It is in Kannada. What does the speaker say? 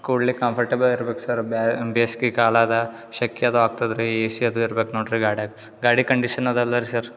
ಕೂಡ್ಲಿಕ್ಕೆ ಕಂಫರ್ಟಬಲ್ ಇರ್ಬೇಕು ಸರ್ ಬೇಸ್ಗೆಕಾಲ ಅದ ಶೆಕೆ ಅದು ಆಗ್ತದೆ ರೀ ಎ ಸಿ ಅದ ಇರ್ಬೇಕು ನೋಡಿರಿ ಗಾಡ್ಯಾಗ ಗಾಡಿ ಕಂಡಿಷನ್ ಅದ ಅಲ್ಲರಿ ಸರ್